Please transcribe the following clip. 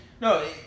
No